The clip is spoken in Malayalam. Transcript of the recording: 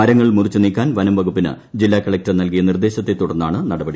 മരങ്ങൾ മുറിച്ച് നീക്കാൻ വനംവകുപ്പിന് ജില്ലാ കളക്ടർ നൽകിയ നിർദ്ദേശത്തെ തുടർന്നാണ് നടപടി